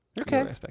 Okay